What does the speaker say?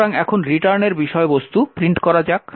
সুতরাং এখন রিটার্নের বিষয়বস্তু প্রিন্ট করা যাক